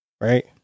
right